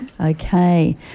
Okay